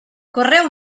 correu